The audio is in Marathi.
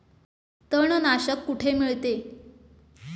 तणनाशक कुठे मिळते?